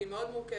והיא מאוד מורכבת,